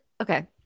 okay